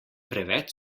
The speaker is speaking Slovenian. preveč